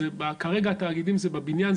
אז כרגע התאגידים זה בבניין,